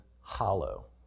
hollow